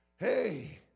Hey